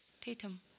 Tatum